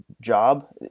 job